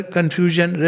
Confusion